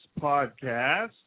podcast